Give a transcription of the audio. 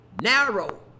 narrow